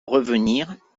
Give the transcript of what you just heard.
revenir